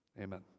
amen